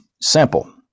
simple